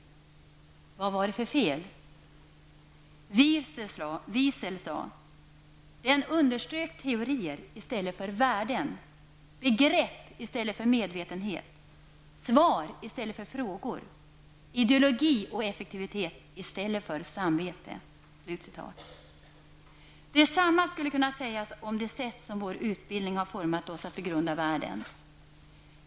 Vad var det för fel? Wiesel sade: ''Den utströk teorier i stället för värden, begrepp i stället för medvetenhet, svar i stället för frågor, ideologi och effektivitet i stället för samvete.'' Detsamma skulle kunna sägas om hur vår utbildning har format oss att begrunda världen.